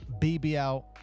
BBL